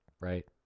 Right